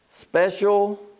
special